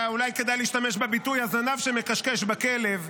אולי כדאי להשתמש בביטוי "הזנב שמכשכש בכלב".